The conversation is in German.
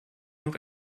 noch